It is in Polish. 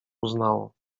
uznało